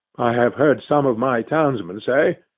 i have heard some of my townsmen say,